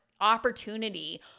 opportunity